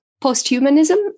post-humanism